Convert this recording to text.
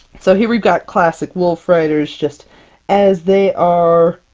so here, we've got classic wolfriders! just as they are,